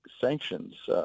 sanctions